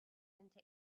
into